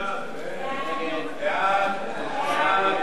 סעיפים 80